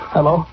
Hello